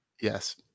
Yes